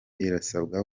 irasabwa